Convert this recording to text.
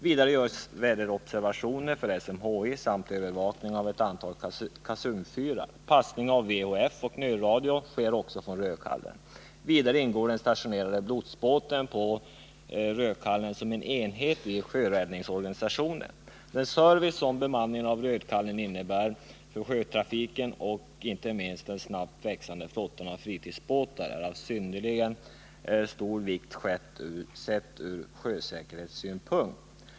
Vidare görs väderobservationer för SMHI. Övervakning av ett antal kasunfyrar ingår också i arbetsuppgifterna. Passning av VHF och nödradio sker också från Rödkallen. Vidare ingår den stationerade lotsbåten på Rödkallen som en enhet i sjöräddningsorganisationen. Den service som bemanningen av Rödkallen innebär för sjötrafiken och inte minst för den snabbt växande flottan av fritidsbåtar är av synnerligen stor vikt från sjösäkerhetssynpunkt.